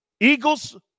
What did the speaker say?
Eagles